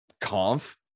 conf